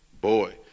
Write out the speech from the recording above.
Boy